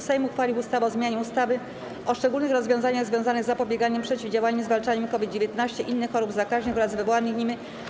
Sejm uchwalił ustawę o zmianie ustawy o szczególnych rozwiązaniach związanych z zapobieganiem, przeciwdziałaniem i zwalczaniem COVID-19, innych chorób zakaźnych oraz wywołanych nimi sytuacji kryzysowych.